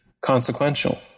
consequential